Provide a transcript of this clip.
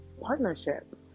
partnership